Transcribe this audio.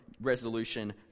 Resolution